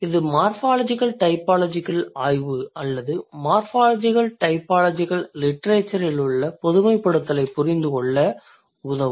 இது morphological typological ஆய்வு அல்லது மார்ஃபாலஜிகல் டைபாலஜிகல் லிட்ரேச்சரில் உள்ள பொதுமைப்படுத்தலைப் புரிந்து கொள்ள உதவும்